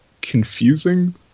confusing